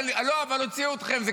אני רציתי להישאר.